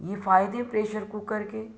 यह फ़ायदे pressure cooker के